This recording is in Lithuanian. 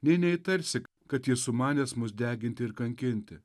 nei neįtarsi kad jis sumanęs mus deginti ir kankinti